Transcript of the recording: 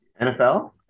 NFL